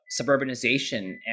suburbanization